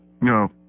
No